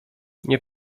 nie